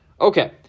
Okay